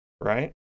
Right